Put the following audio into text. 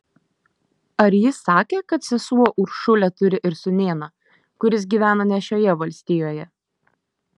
ar ji sakė kad sesuo uršulė turi ir sūnėną kuris gyvena ne šioje valstijoje